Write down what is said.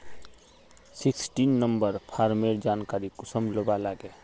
Sixteen number farmer जानकारी कुंसम लुबा लागे?